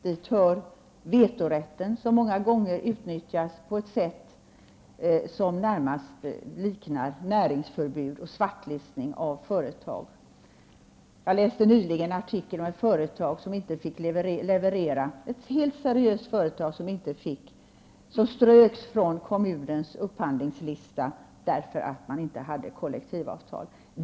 Dit hör vetorätten, som många gånger utnyttjas på ett sätt som närmast liknar näringsförbud och svartlistning av företag. Jag läste nyligen en artikel om ett helt seriöst företag som ströks från kommunens upphandlingslista därför att man inte hade kollektivavtal.